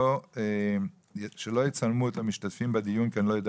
שלא יצלמו את המשתתפים בדיון כי אני לא יודע